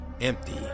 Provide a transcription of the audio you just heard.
empty